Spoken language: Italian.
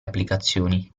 applicazioni